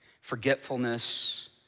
forgetfulness